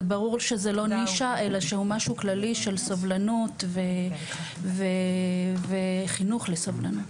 זה ברור שזה לא נישה אלא שהוא משהו כללי של סובלנות וחינוך לסובלנות.